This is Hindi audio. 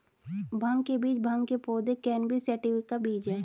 भांग के बीज भांग के पौधे, कैनबिस सैटिवा के बीज हैं